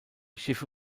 schiffe